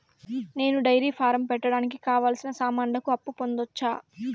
నేను dairy farm పెట్టడానికి కావాల్సిన సామాన్లకు అప్పు పొందొచ్చా?